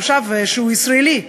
תושב שהוא ישראלי,